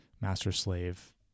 master-slave